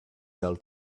sell